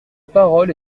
parole